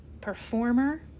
performer